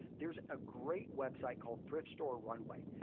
there is a great website called thrift store runway.